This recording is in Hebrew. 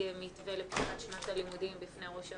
מתווה לפתיחת שנת הלימודים בפני ראש הממשלה,